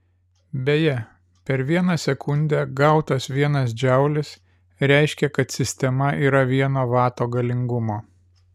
beje per vieną sekundę gautas vienas džaulis reiškia kad sistema yra vieno vato galingumo